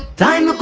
time